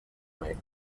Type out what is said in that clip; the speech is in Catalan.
mai